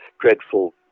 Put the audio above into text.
dreadful